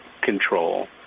control